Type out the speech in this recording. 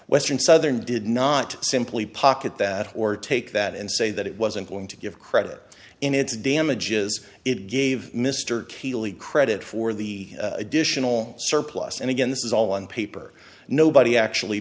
western southern did not simply pocket that or take that and say that it wasn't going to give credit in its damages it gave mr keely credit for the additional surplus and again this is all on paper nobody actually